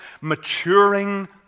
maturing